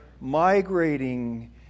migrating